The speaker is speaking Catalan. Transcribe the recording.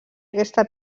aquesta